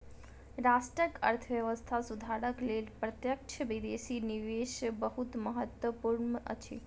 राष्ट्रक अर्थव्यवस्था सुधारक लेल प्रत्यक्ष विदेशी निवेश बहुत महत्वपूर्ण अछि